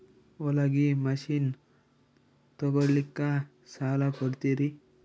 ಹೊಲಗಿ ಮಷಿನ್ ತೊಗೊಲಿಕ್ಕ ಸಾಲಾ ಕೊಡ್ತಿರಿ?